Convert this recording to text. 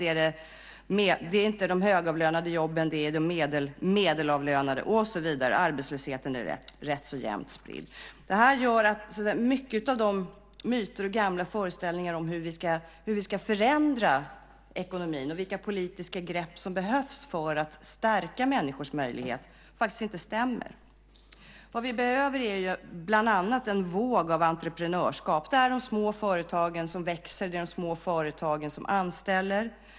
Det är inte de högavlönade jobben. Det är de medelavlönade och så vidare. Arbetslösheten är rätt så jämt spridd. Det här gör att många av de myter och gamla föreställningar om hur vi ska förändra ekonomin och vilka politiska grepp som behövs för att stärka människors möjlighet faktiskt inte stämmer. Det vi behöver är bland annat en våg av entreprenörskap. Det är de små företagen som växer. Det är de små företagen som anställer.